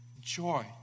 joy